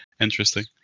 Interesting